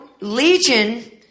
Legion